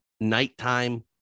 nighttime